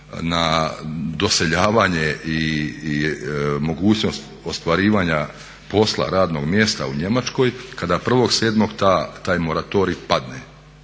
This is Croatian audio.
na doseljavanje i mogućnost ostvarivanja posla, radnog mjesta u Njemačkoj, kada 1.7. taj moratorij padne,